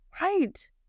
right